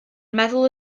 meddwl